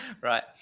right